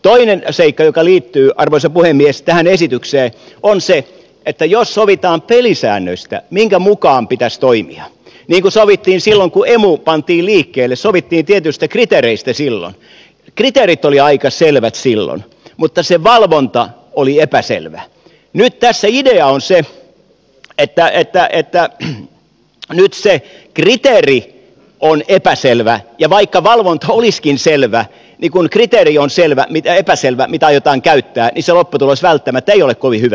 toinen seikka joka liittyy arvoisa puhemies tähän esitykseen on se että jos sovitaan pelisäännöistä minkä mukaan pitäisi toimia niin kuin sovittiin tietyistä kriteereistä silloin kun emu pantiin liikkeelle kriteerit olivat aika selvät silloin mutta se valvonta oli epäselvä nyt tässä idea on se että nyt se kriteeri on epäselvä ja vaikka valvonta olisikin selvä niin kun on epäselvä se kriteeri mitä aiotaan käyttää niin lopputulos välttämättä ei ole kovin hyvä